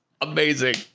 amazing